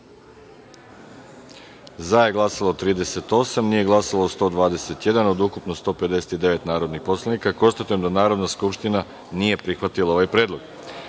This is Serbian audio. za – 38, nije glasalo – 121 od ukupno 159 narodnih poslanika. Konstatujem da Narodna skupština nije prihvatila ovaj predlog. Narodni